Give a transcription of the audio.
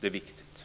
Det är viktigt.